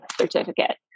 certificate